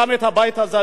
וגם את הבית הזה,